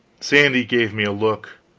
sandy gave me a look